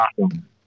awesome